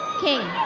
king.